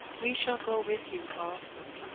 we shall go with you also.